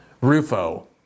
rufo